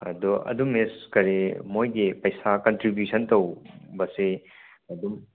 ꯑꯗꯣ ꯑꯗꯨ ꯃꯤꯁ ꯀꯔꯤ ꯃꯣꯏꯒꯤ ꯄꯩꯁꯥ ꯀꯟꯇ꯭ꯔꯤꯕꯤꯌꯨꯁꯟ ꯇꯧꯕꯁꯦ ꯑꯗꯨꯝ